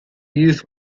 youth